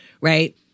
right